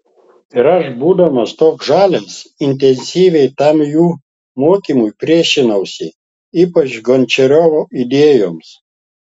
ir aš būdamas toks žalias intensyviai tam jų mokymui priešinausi ypač gončiarovo idėjoms